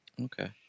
Okay